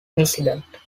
incident